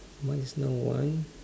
mine is now one